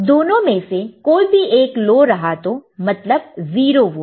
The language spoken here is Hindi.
दोनों में से कोई भी एक लो रहा तो मतलब 0 वोल्ट